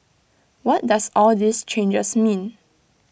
what does all these changes mean